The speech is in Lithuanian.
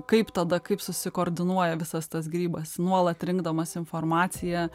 kaip tada kaip susikoordinuoja visas tas grybas nuolat rinkdamas informaciją